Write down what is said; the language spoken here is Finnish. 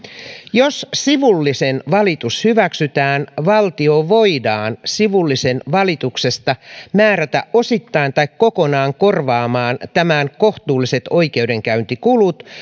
jos sivullisen valitus hyväksytään valtio voidaan sivullisen vaatimuksesta määrätä osittain tai kokonaan korvaamaan tämän kohtuulliset oikeudenkäyntikulut